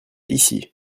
ici